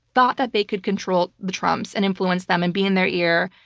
thought that they could control the trumps, and influence them, and be in their ear,